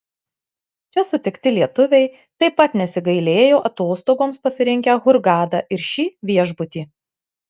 čia sutikti lietuviai taip pat nesigailėjo atostogoms pasirinkę hurgadą ir šį viešbutį